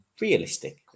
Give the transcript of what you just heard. realistic